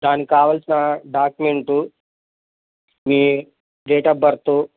దానిక్కావల్సిన document మీ date of berth